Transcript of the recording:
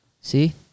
See